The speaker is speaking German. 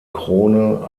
krone